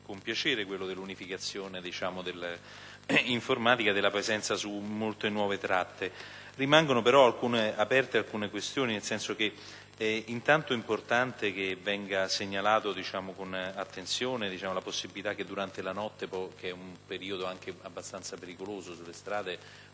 con piacere, come quello dell'unificazione informatica della presenza su molte nuove tratte. Rimangono però aperte alcune questioni. Intanto è importante che venga segnalata la possibilità, durante la notte, che è un momento abbastanza pericoloso sulle strade,